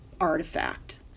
artifact